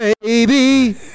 baby